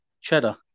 cheddar